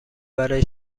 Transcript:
برای